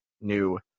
new